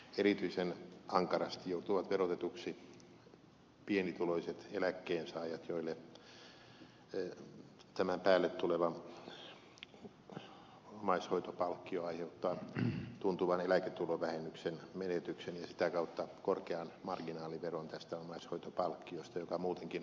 erityisen ankarasti joutuvat verotetuksi pienituloiset eläkkeensaajat joille tämän päälle tuleva omaishoitopalkkio aiheuttaa tuntuvan eläketulovähennyksen menetyksen ja sitä kautta korkean marginaaliveron tästä omaishoitopalkkiosta joka muutenkin on pieni